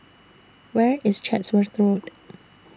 Where IS Chatsworth Road